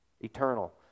Eternal